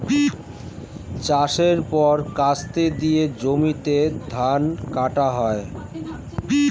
চাষের পর কাস্তে দিয়ে জমিতে ধান কাটা হয়